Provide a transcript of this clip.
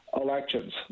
elections